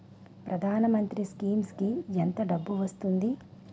ప్రధాన మంత్రి స్కీమ్స్ కీ ఎంత డబ్బు వస్తుంది?